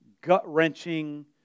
gut-wrenching